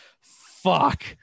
fuck